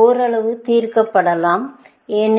ஓரளவு தீர்க்கப்படலாம் ஏனெனில்